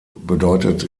bedeutet